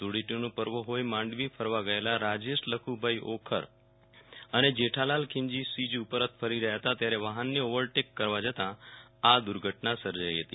ધૂળેટીનું પર્વ હોઈ માંડવી ફરવા ગયેલા રાજેશ લખુભાઈ ઓખર અને જેઠાલાલ ખીમજી સીજી પરત ફરી રહ્ઢયા હતા ત્યારે વાહનને ઓવરટેક કરવા જતા આ દુર્ઘટના સર્જાઈ હતી